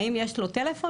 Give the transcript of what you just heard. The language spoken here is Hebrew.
האם יש לו טלפון.